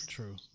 true